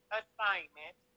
assignment